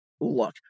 Look